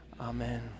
Amen